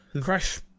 Crash